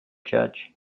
judge